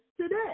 today